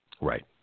right